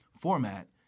format